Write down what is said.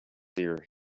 here